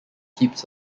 keeps